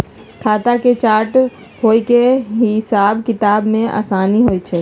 खता के चार्ट होय से हिसाब किताब में असानी होइ छइ